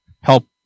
help